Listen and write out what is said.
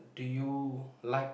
are you like